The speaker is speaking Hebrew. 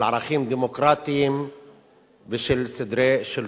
של ערכים דמוקרטיים ושל סדרי שלטון.